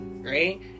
right